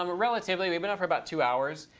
um relatively we've been up for about two hours.